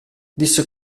disse